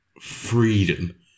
freedom